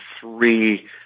three